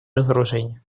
разоружение